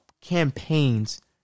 campaigns